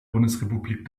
bundesrepublik